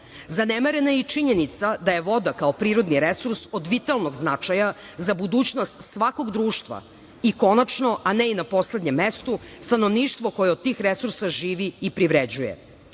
kompanije. Zanemarena je i činjenica da je voda kao prirodni resurs od vitalnog značaja za budućnost svakog društva. Konačno, a ne i na poslednjem mestu, stanovništvo koje od tih resursa živi i privređuje.